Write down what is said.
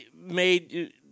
made